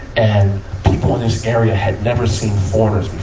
and people in this area had never seen foreigners